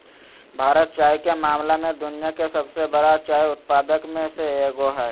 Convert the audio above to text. भारत चाय के मामला में दुनिया के सबसे बरा चाय उत्पादक में से एगो हइ